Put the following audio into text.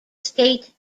state